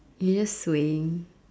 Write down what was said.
you're just swaying